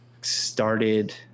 started